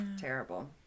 terrible